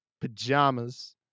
Pajamas